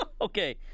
Okay